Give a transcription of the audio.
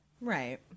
Right